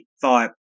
thought